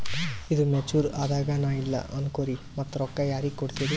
ಈದು ಮೆಚುರ್ ಅದಾಗ ನಾ ಇಲ್ಲ ಅನಕೊರಿ ಮತ್ತ ರೊಕ್ಕ ಯಾರಿಗ ಕೊಡತಿರಿ?